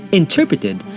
interpreted